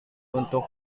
untuk